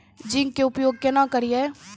Zinc के उपयोग केना करये?